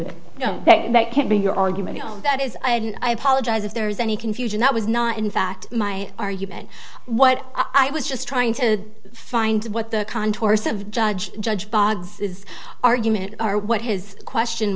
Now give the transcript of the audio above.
do that that can be your argument that is i apologize if there is any confusion that was not in fact my argument what i was just trying to find what the contours of judge judge bogs is argument are what his question